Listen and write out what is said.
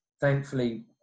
thankfully